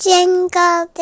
Jingle